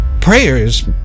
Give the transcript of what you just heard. Prayers